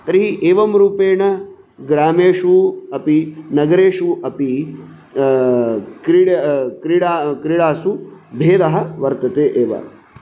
तर्हि एवं रूपेण ग्रामेषु अपि नगरेषु अपि क्रीड क्रीडा क्रीडासु भेदः वर्तते एव